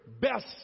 best